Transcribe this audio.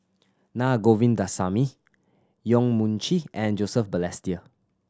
Na Govindasamy Yong Mun Chee and Joseph Balestier